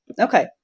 Okay